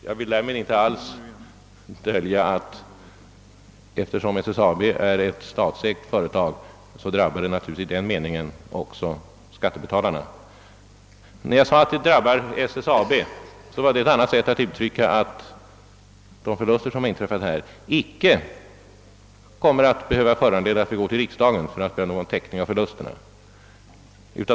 Jag vill därmed inte dölja att eftersom SSAB är ett statsägt företag drabbar förlusterna också skattebetalarna. När jag sade att de drabbar SSAB var det ett annat sätt att uttrycka att vi inte behöver gå till riksdagen för att begära anslag för täckning av förlusterna.